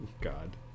god